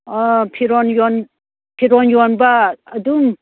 ꯑꯥ ꯐꯤꯔꯣꯟ ꯐꯤꯔꯣꯟ ꯌꯣꯟꯕ ꯑꯗꯨꯝ